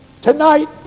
Tonight